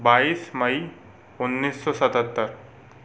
बाईस मई उन्नीस सौ सतहत्तर